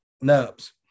nubs